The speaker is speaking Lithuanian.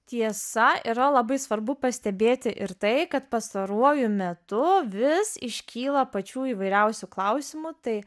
tiesa yra labai svarbu pastebėti ir tai kad pastaruoju metu vis iškyla pačių įvairiausių klausimų tai